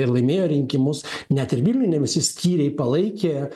ir laimėjo rinkimus net ir vilniuj ne visi skyriai palaikė